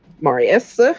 Marius